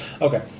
Okay